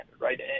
right